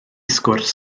sgwrs